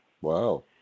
Wow